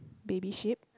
baby sheep